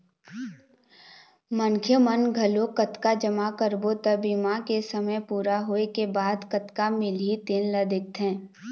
मनखे मन घलोक कतका जमा करबो त बीमा के समे पूरा होए के बाद कतका मिलही तेन ल देखथे